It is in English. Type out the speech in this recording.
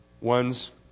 One's